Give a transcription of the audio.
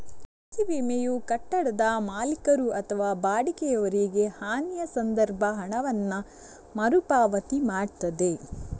ಆಸ್ತಿ ವಿಮೆಯು ಕಟ್ಟಡದ ಮಾಲೀಕರು ಅಥವಾ ಬಾಡಿಗೆಯವರಿಗೆ ಹಾನಿಯ ಸಂದರ್ಭ ಹಣವನ್ನ ಮರು ಪಾವತಿ ಮಾಡ್ತದೆ